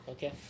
Okay